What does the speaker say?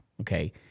Okay